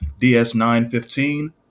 DS915